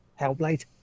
Hellblade